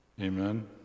Amen